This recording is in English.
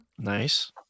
Nice